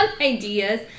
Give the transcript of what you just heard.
ideas